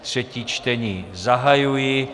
Třetí čtení zahajuji.